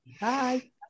Bye